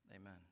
Amen